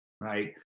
right